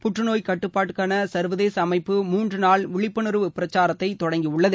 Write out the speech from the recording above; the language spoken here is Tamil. புற்றுநோய் கட்டுப்பாட்டுக்கான சர்வதேச அமைப்பு மூன்று நாள் விழிப்புணர்வு பிரச்சாரத்தை தொடங்கியுள்ளது